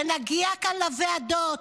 ונגיע כאן לוועדות,